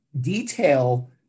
detail